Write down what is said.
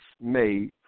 made